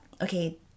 okay